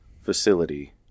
facility